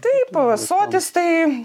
taip o ąsotis tai